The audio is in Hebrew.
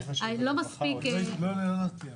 אני רק אומרת לכם שאין פרוטוקול.